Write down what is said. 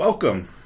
Welcome